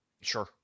Sure